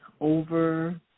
over